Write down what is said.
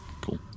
cool